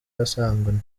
asanganwe